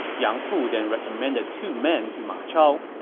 yang fu then recommended two men to ma chao.